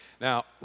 Now